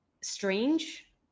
strange